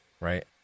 right